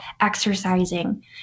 exercising